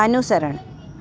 અનુસરણ